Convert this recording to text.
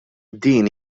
din